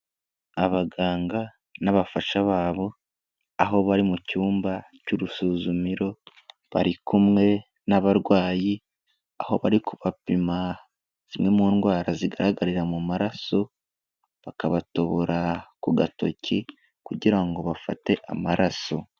Abaganga n'abafasha babo, aho bari mu cyumba cy'urusuzumiro, bari kumwe n'abarwayi aho bari kubapima zimwe mu ndwara zigaragarira mu maraso, bakabatobora ku gatoki kugira ngo bafate amaraso.